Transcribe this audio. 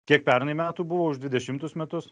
kiek pernai metų buvo už dvidešimtus metus